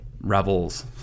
rebels